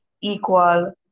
equal